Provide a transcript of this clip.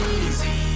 easy